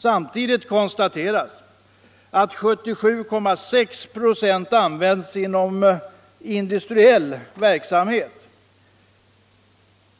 Samtidigt konstateras att 77,6 26 används inom industriell verksamhet.